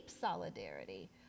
solidarity